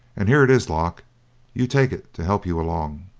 and here it is, lock you take it to help you along.